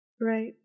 Right